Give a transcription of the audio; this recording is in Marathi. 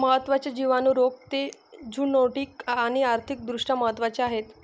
महत्त्वाचे जिवाणू रोग जे झुनोटिक आणि आर्थिक दृष्ट्या महत्वाचे आहेत